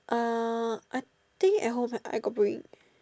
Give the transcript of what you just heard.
uh I think at home I got bring